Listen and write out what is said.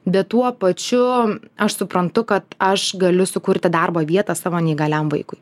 bet tuo pačiu aš suprantu kad aš galiu sukurti darbo vietą savo neįgaliam vaikui